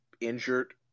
injured